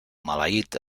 maleït